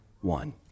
one